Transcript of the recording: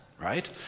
right